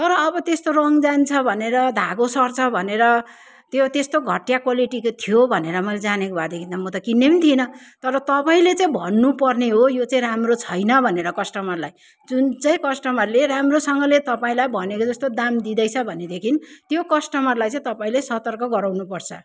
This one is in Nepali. तर अब त्यस्तो रङ् जान्छ भनेर धागो सर्छ भनेर त्यो त्यस्तो घटिया क्वालिटीको थियो भनेर मैले जानेको भएदेखि त मैले किन्ने पनि थिइनँ तर तपाईँले चाहिँ भन्नु पर्ने हो यो चाहिँ राम्रो छैन भनेर कस्टमरलाई जुन चाहिँ कस्टमरले राम्रोसँगले तपाईँलाई भनेको जस्तो दाम दिँदैछ भनेदेखि त्यो कस्टमरलाई चाहिँ तपाईँले सतर्क गराउनु पर्छ